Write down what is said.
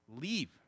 Leave